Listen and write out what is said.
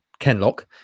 Kenlock